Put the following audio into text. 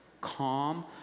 calm